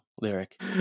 lyric